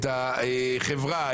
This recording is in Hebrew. את החברה,